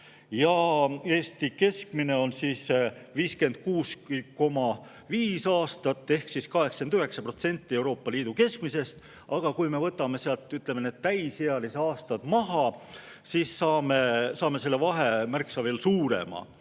Eesti keskmine on 56,5 aastat ehk 89% Euroopa Liidu keskmisest. Aga kui me võtame sealt, ütleme, need täisealise aastad maha, siis saame selle vahe veel märksa suurema.